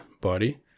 body